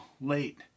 late